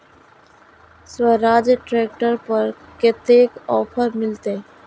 Swaraj tractor पर कतेक offer मिलते?